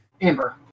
Amber